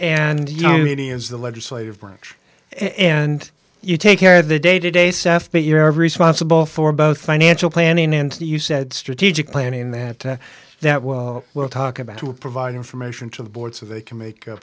know he is the legislative branch and you take care of the day to day stuff but you're responsible for both financial planning and you said strategic planning then add to that well we'll talk about to provide information to the board so they can make a